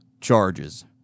charges